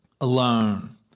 alone